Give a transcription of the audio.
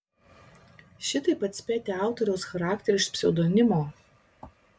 šitaip atspėti autoriaus charakterį iš pseudonimo